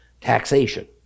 taxation